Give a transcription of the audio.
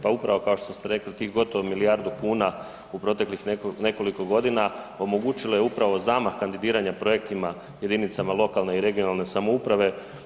Pa upravo kao što ste rekli tih gotovo milijardu kuna u proteklih nekoliko godina omogućilo je upravo zamah kandidiranja projektima jedinicama lokalne i regionalne samouprave.